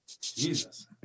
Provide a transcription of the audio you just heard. Jesus